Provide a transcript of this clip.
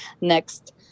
next